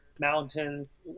mountains